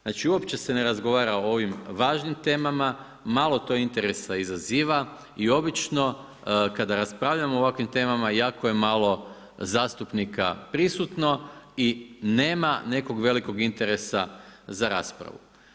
Znači, uopće se ne razgovara o ovim važnim temama, malo to interesa izaziva i obično kada raspravljamo o ovakvim temama jako je malo zastupnika prisutno i nema nekog velikog interesa za raspravu.